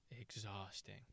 exhausting